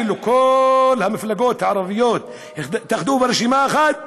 כאילו כל המפלגות הערביות התאחדו ברשימה אחת,